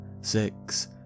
six